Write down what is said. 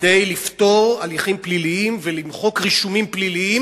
כדי לפטור מהליכים פליליים ולמחוק רישומים פליליים